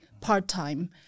part-time